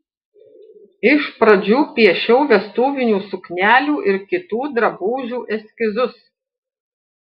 iš pradžių piešiau vestuvinių suknelių ir kitų drabužių eskizus